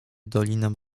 dolinę